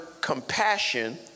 compassion